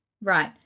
Right